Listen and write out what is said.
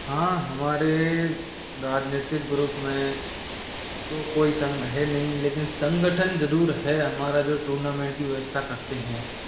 हाँ हमारे राजनीतिक ग्रुप में तो कोई संघ है नहीं लेकिन संगठन जरूर है हमारा जो टूर्नामेंट की व्यवस्था करते हैं